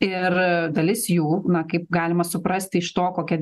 ir dalis jų na kaip galima suprasti iš to kokia